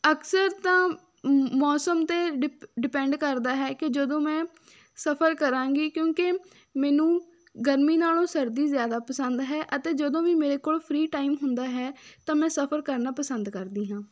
ਅਕਸਰ ਤਾਂ ਮੌਸਮ 'ਤੇ ਡਿ ਡਿਪੈਂਡ ਕਰਦਾ ਹੈ ਕਿ ਜਦੋਂ ਮੈਂ ਸਫ਼ਰ ਕਰਾਂਗੀ ਕਿਉਂਕਿ ਮੈਨੂੰ ਗਰਮੀ ਨਾਲੋਂ ਸਰਦੀ ਜ਼ਿਆਦਾ ਪਸੰਦ ਹੈ ਅਤੇ ਜਦੋਂ ਵੀ ਮੇਰੇ ਕੋਲ ਫਰੀ ਟਾਈਮ ਹੁੰਦਾ ਹੈ ਤਾਂ ਮੈਂ ਸਫ਼ਰ ਕਰਨਾ ਪਸੰਦ ਕਰਦੀ ਹਾਂ